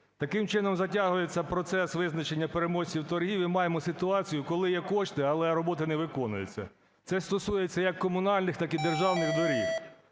Таким чином затягується процес визначення переможців торгів, і маємо ситуацію, коли є кошти, але роботи не виконуються. Це стосується як комунальних, так і державних доріг.